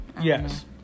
Yes